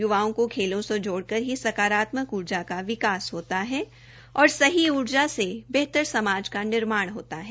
य्वाओं को खेलों से जोड़कर ही सकारात्मक उर्जा का विकास होता है और सही उर्जा से बेहतर समाज का निर्माण होता है